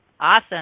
Awesome